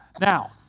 Now